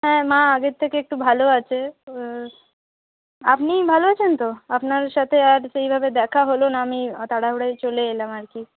হ্যাঁ মা আগের থেকে একটু ভালো আছে তো আপনি ভালো আছেন তো আপনার সাথে আর সেই ভাবে দেখা হলো না আমি তাড়াহুড়োয় চলে এলাম আর কি